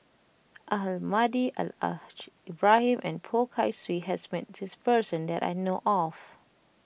Almahdi Al Al Haj Ibrahim and Poh Kay Swee has met this person that I know of